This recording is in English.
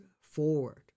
forward